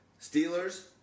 Steelers